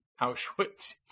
Auschwitz